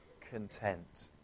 content